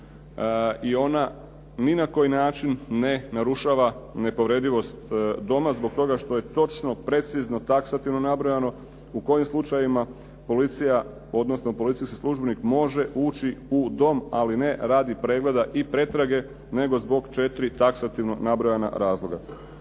i ona ni na koji način ne narušava nepovredivost doma zbog toga što je točno, precizno, taksativno nabrojano u kojim slučajevima policija, odnosno policijski službenik može ući u dom, ali ne radi pregleda i pretrage, nego zbog četiri taksativno nabrojana razloga.